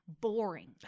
Boring